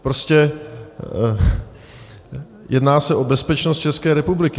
Prostě jedná se o bezpečnost České republiky.